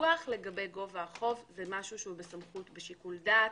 ויכוח לגבי גובה החוב זה משהו שנתון לשיקול דעת.